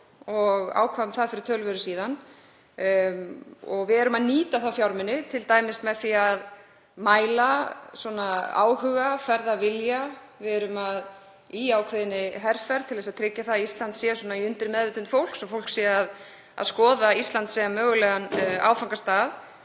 og ákváðum það fyrir töluverðu síðan. Við erum að nýta þá fjármuni, t.d. með því að mæla áhuga og ferðavilja. Við erum í ákveðinni herferð til að tryggja að Ísland sé í undirmeðvitund fólks og fólk sé að skoða Ísland sem mögulegan áfangastað,